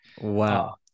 Wow